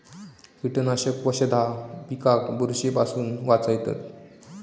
कीटकनाशक वशधा पिकाक बुरशी पासून वाचयतत